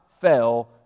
fell